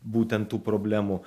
būtent tų problemų